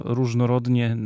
różnorodnie